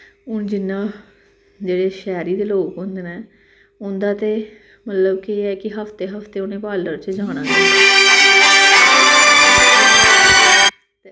हून जियां जेह्ड़ा शैह्रे दे लोग होंदे न उं'दा ते मतलब एह् ऐ कि हफ्ते हफ्ते उ'नें पार्लर च जाना